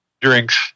Drinks